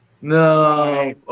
No